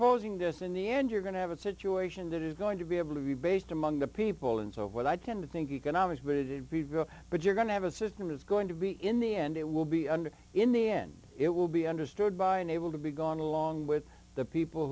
proposing this in the end you're going to have a situation that is going to be able to be based among the people and so what i tend to think economics of it but you're going to have a system is going to be in the end it will be under in the end it will be understood by an able to be gone along with the people